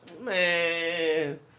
man